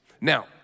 Now